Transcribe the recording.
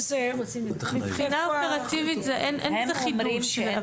מבחינה אופרטיבית אין בזה חידוש.